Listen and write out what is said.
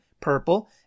purple